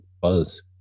Buzz